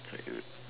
very good